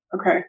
Okay